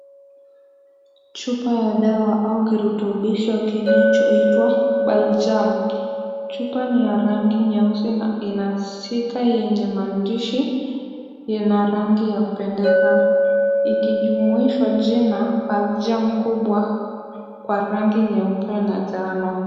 Chupa ya dawa au kirutubisho kinachoitwa Baljam. Chupa ni ya rangi nyeusi na ina stika yenye maandishi. Ina rangi ya kupendeza ikijumuishwa jina Baljam kubwa kwa rangi nyeupe na na njano.